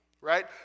right